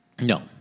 No